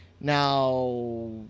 Now